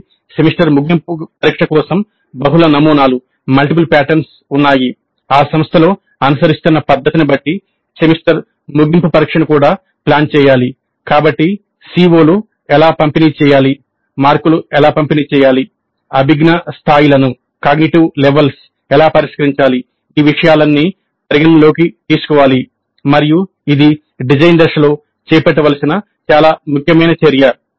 మళ్ళీ సెమిస్టర్ ముగింపు పరీక్ష కోసం బహుళ నమూనాలు ఎలా పరిష్కరించాలి ఈ విషయాలన్నీ పరిగణనలోకి తీసుకోవాలి మరియు ఇది డిజైన్ దశలో చేపట్టవలసిన చాలా ముఖ్యమైన చర్య